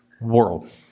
world